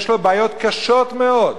יש לו בעיות קשות מאוד.